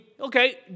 okay